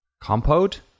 Compote